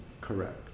Correct